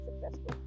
successful